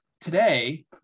today